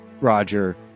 Roger